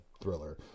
thriller